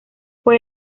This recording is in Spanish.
fue